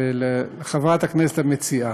ולחברת הכנסת המציעה.